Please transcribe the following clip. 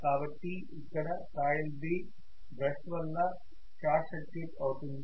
కాబట్టి ఇక్కడ coil B brush వల్ల షార్ట్ సర్క్యూట్ అవుతుంది